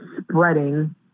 spreading